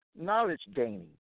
Knowledge-gaining